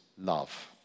love